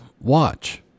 watch